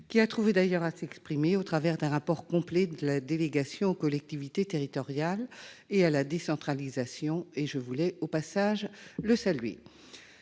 : il a d'ailleurs trouvé à s'exprimer au travers d'un rapport complet de la délégation aux collectivités territoriales et à la décentralisation. Je tiens, au passage, à saluer